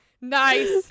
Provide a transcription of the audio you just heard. nice